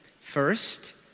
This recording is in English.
first